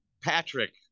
Patrick